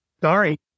sorry